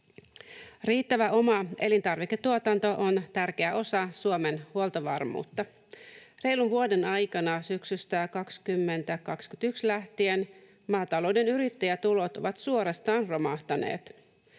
Riittävä oma elintarviketuotanto on tärkeä osa Suomen huoltovarmuutta. Reilun vuoden aikana syksystä 20—21 lähtien maatalouden yrittäjätulot ovat suorastaan romahtaneet.